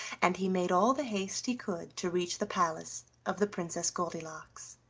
and he made all the haste he could to reach the palace of the princess goldilocks.